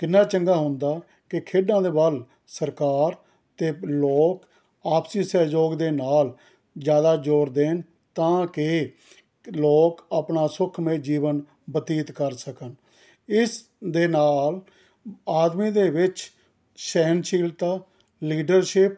ਕਿੰਨਾ ਚੰਗਾ ਹੁੰਦਾ ਕਿ ਖੇਡਾਂ ਦੇ ਵੱਲ ਸਰਕਾਰ ਅਤੇ ਲੋਕ ਆਪਸੀ ਸਹਿਯੋਗ ਦੇ ਨਾਲ ਜ਼ਿਆਦਾ ਜ਼ੋਰ ਦੇਣ ਤਾਂ ਕਿ ਲੋਕ ਆਪਣਾ ਸੁੱਖਮਈ ਜੀਵਨ ਬਤੀਤ ਕਰ ਸਕਣ ਇਸ ਦੇ ਨਾਲ ਆਦਮੀ ਦੇ ਵਿੱਚ ਸਹਿਣਸ਼ੀਲਤਾ ਲੀਡਰਸ਼ਿਪ